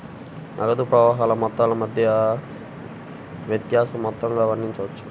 నగదు ప్రవాహాల మొత్తాల మధ్య వ్యత్యాస మొత్తంగా వర్ణించవచ్చు